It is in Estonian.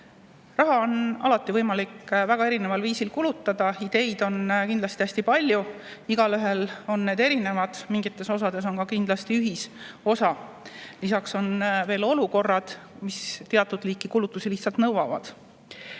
Raha on võimalik väga erineval viisil kulutada, ideid on kindlasti hästi palju, igaühel on need erinevad, aga mingites osades on kindlasti ka ühisosa. Lisaks on veel olukorrad, mis teatud liiki kulutusi lihtsalt nõuavad.